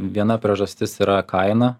viena priežastis yra kaina